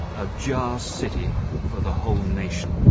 a jar city for the whole nation.